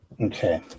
Okay